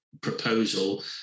proposal